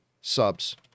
subs